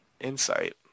insight